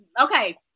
Okay